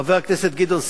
חבר הכנסת גדעון סער,